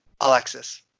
Alexis